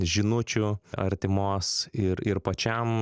žinučių artimos ir ir pačiam